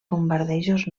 bombardejos